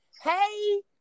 Hey